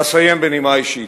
ואסיים בנימה אישית.